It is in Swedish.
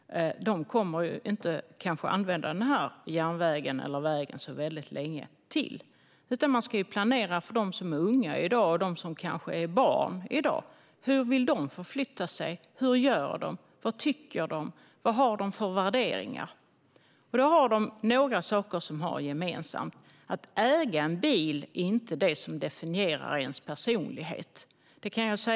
De kommer kanske inte att använda den här järnvägen eller vägen så väldigt länge till. Man ska i stället planera för dem som är unga eller barn i dag. Hur vill de förflytta sig? Hur gör de? Vad tycker de? Vad har de för värderingar? De har några saker gemensamt. Att äga en bil är inte det som definierar ens personlighet - det är en sådan sak.